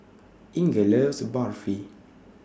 Inger loves Barfi